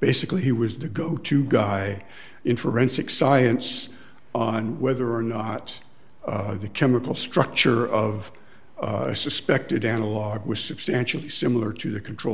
basically he was do go to guy in forensic science on whether or not the chemical structure of a suspected analog was substantially similar to the controlled